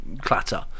clatter